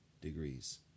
degrees